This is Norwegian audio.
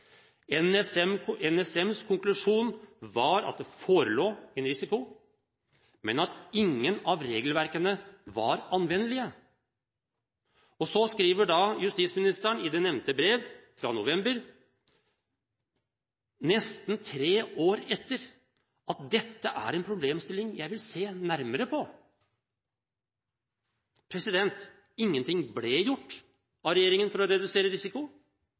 NSMs konklusjon var at det forelå en risiko, men at ingen av regelverkene var anvendelige. Så skriver justisministeren i det nevnte brevet fra november, nesten tre år etterpå: «Dette er en problemstilling jeg vil se nærmere på.» Ingenting ble gjort av regjeringen for å redusere